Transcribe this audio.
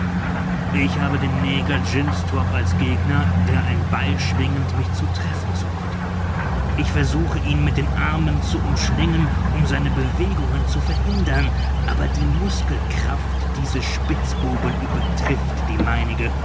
ich habe den neger jynxtrop als gegner der ein beil schwingend mich zu treffen sucht ich versuche ihn mit den armen zu umschlingen um seine bewegungen zu verhindern aber die muskelkraft dieses spitzbuben übertrifft die meinige